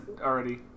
already